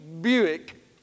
Buick